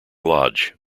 lodge